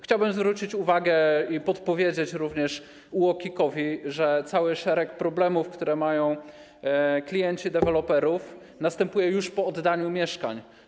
Chciałbym zwrócić uwagę i podpowiedzieć również UOKiK-owi, że cały szereg problemów, które mają klienci deweloperów, następuje już po oddaniu mieszkań.